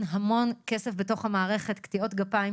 המון כסף בתוך המערכת וקטיעות גפיים.